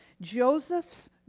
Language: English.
Joseph's